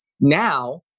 now